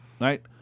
Right